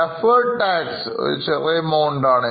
Defeered Tax ഒരു ചെറിയ Amount യാണ്